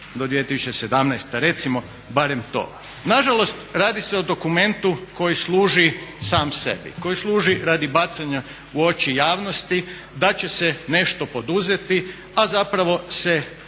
Nažalost radi se o dokumentu koji služi sam sebi, koji služi radi bacanja u oči javnosti da će se nešto poduzeti a zapravo se neće